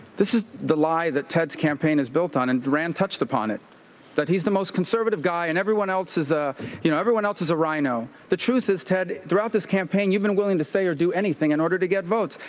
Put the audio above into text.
this is the lie that ted's campaign is built on, and rand touched upon it that he's the most conservative guy, and everyone else is a you know, everyone else is a rhino. the truth is, ted, throughout this campaign, you've been willing to say or do anything in order to get votes.